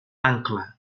ancla